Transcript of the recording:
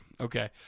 Okay